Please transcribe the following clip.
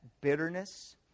bitterness